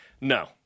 No